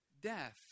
Death